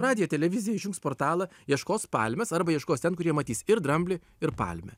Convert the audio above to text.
radiją televiziją išjungs portalą ieškos palmės arba ieškos ten kur jie matys ir dramblį ir palmę